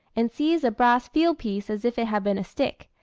and seize a brass field-piece as if it had been a stick.